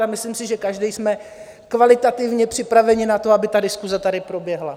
A myslím si, že každý jsme kvalitativně připraveni na to, aby ta diskuse tady proběhla.